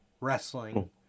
wrestling